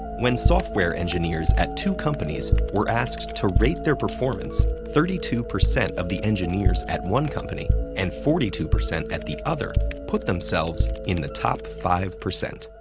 when software engineers at two companies were asked to rate their performance, thirty two percent of the engineers at one company and forty two percent at the other put themselves in the top five.